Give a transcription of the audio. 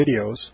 videos